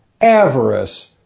avarice